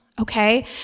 Okay